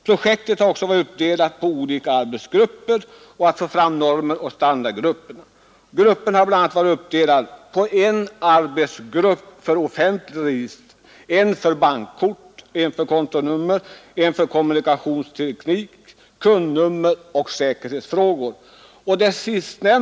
Projektet har också varit uppdelat på olika arbetsgrupper med syfte att få fram normer och standardgrupperingar. Det har varit en arbetsgrupp för offentlig registrering, en för bankkort, en för kontonummer, en för kommunikationsteknik, kundnummer och säkerhetsfrågor.